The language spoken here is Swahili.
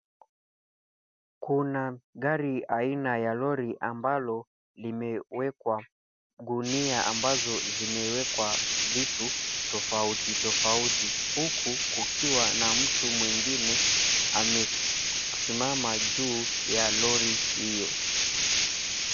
Kuna gari aina ya lori ambalo limewekwa gunia ambazo zimewekwa vitu tofauti tofauti huku kukiwa na mtu mwingine amesimama juu ya lori hiyo.